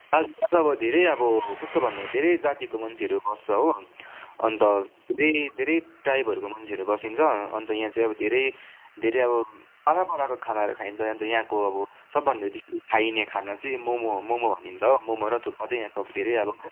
दार्जिलिङ चाहिँ अब धेरै अब कस्तो भन्नु धेरै जातिको मान्छेहरू बस्छ हो अन्त धेरै धेरै टाइपहरूको मन्छेहरू बसिन्छ अन्त यहाँ चाहिँ धेरै धेरै अब पारा पाराको खानाहरू खाइन्छ अन्त यहाँको अब सबभन्दा बेसी खाइने खाना चाहिँ मोमो हो मोमो भनिन्छ हो मोमो र थुक्पा चाहिँ यहाँको धेरै अब